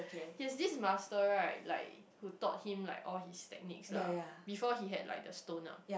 he has this master right like who taught him like all his techniques lah before he had like the stone ah